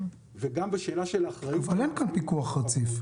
וגם בשאלה של אחריות --- אבל אין כאן פיקוח רציף.